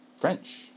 French